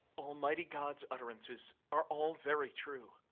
almighty god's utterances are all very true.